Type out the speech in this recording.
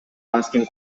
asking